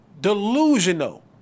delusional